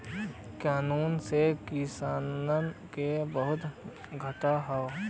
कानून से किसानन के बहुते घाटा हौ